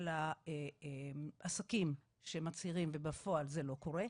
על העסקים שמצהירים ובפועל זה לא קורה.